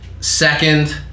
Second